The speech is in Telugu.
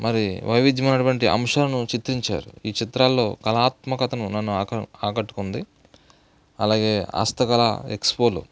మరి వైవిధ్యం అయినటువంటి అంశాలను చిత్రించారు ఈ చిత్రాలలో కళాత్మకతను నన్ను ఆక ఆకట్టుకుంది అలాగే హస్తకళ ఎక్స్పోలు